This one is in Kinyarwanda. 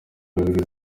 babiri